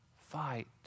fight